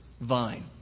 Vine